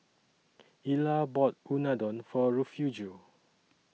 Ilah bought Unadon For Refugio